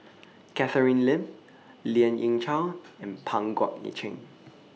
Catherine Lim Lien Ying Chow and Pang Guek Cheng